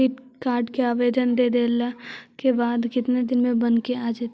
Credit card के आवेदन दे देला के बाद केतना दिन में बनके आ जइतै?